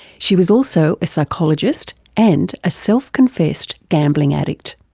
she was also a psychologist, and a self-confessed gambling addict.